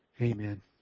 Amen